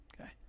Okay